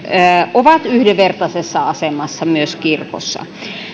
ovat yhdenvertaisessa asemassa myös kirkossa